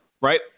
right